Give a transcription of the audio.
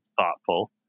thoughtful